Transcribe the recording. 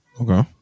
Okay